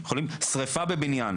שריפה בבניין